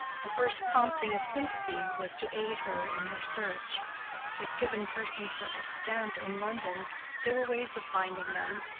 the first prompting of sympathy was to aid her in her search if given persons were extant in london there were ways of finding them,